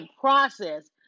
process